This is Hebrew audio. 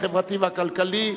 החברתי והכלכלי.